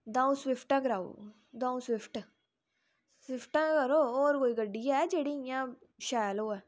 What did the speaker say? दंऊ सविफ्टां कराई ओड़ो सविफ्ट सविफ्टां कराई ओड़ो और कोई गड्डी है जेहडी इयां शैल होऐ